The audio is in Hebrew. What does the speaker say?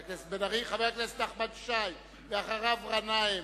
חבר הכנסת נחמן שי, ואחריו, חבר הכנסת גנאים.